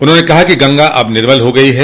उन्होंने कहा कि गंगा अब निर्मल हो गई है